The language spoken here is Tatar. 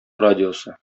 радиосы